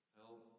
help